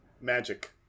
Magic